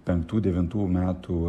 penktų devintų metų